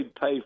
pay